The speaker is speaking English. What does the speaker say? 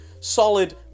solid